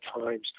times